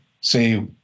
say